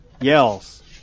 yells